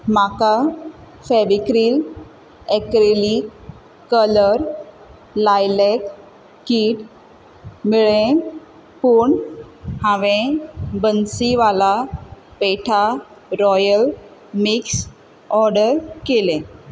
म्हाका Fevicryl acrylic colour लायलेक kit मेळ्ळें पूण हांवें बन्सीवाला पेठा रॉयल मिक्स ऑर्डर केलें